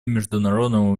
международному